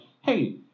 hey